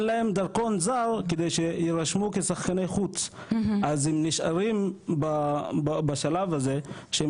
אין להם דרכון זר כדי שירשמו כשחקני חוץ אז הם נשארים בשלב הזה שהם